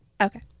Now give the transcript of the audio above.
Okay